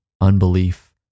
unbelief